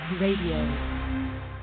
Radio